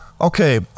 okay